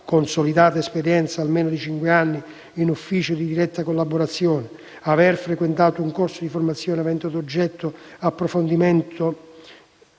«consolidata esperienza, almeno di 5 anni in uffici di diretta collaborazione»; «aver frequentato corso di formazione avente ad oggetto approfondimento